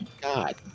God